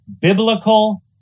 biblical